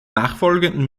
nachfolgenden